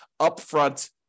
upfront